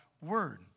word